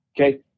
Okay